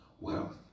wealth